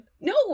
No